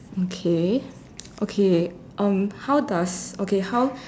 okay okay um how does okay how